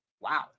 Wow